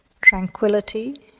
tranquility